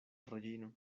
reĝino